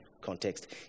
context